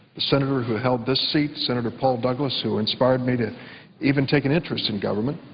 the senator who held this seat, senator paul douglas, who inspired me to even take an interest in government.